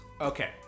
okay